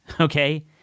okay